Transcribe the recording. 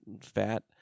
fat